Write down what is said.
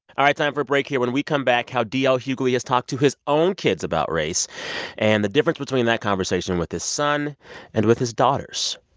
all right. time for a break here. when we come back how d l. hughley has talked to his own kids about race and the difference between that conversation with his son and with his daughters.